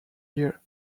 year